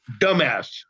Dumbass